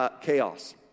chaos